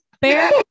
bear